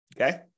Okay